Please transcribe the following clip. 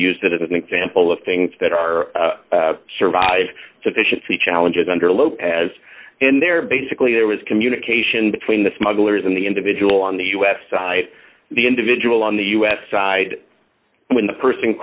used that as an example of things that are surviving sufficiency challenges under lopez and there basically there was communication between the smugglers and the individual on the u s side the individual on the u s side when the person